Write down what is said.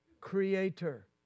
creator